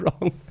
wrong